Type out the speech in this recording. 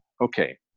okay